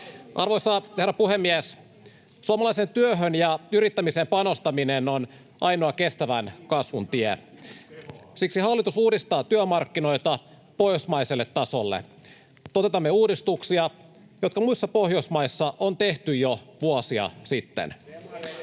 Arvoisa herra puhemies! Suomalaiseen työhön ja yrittämiseen panostaminen on ainoa kestävän kasvun tie. Siksi hallitus uudistaa työmarkkinoita pohjoismaiselle tasolle. Toteutamme uudistuksia, jotka muissa Pohjoismaissa on toteutettu jo vuosia sitten.